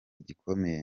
gikomeye